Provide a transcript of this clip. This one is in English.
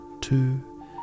two